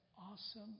awesome